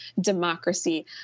democracy